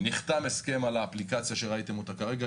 נחתם הסכם על האפליקציה שראיתם אותה כרגע,